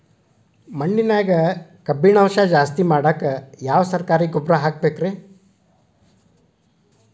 ಮಣ್ಣಿನ್ಯಾಗ ಕಬ್ಬಿಣಾಂಶ ಜಾಸ್ತಿ ಮಾಡಾಕ ಯಾವ ಸರಕಾರಿ ಗೊಬ್ಬರ ಹಾಕಬೇಕು ರಿ?